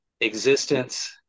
Existence